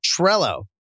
Trello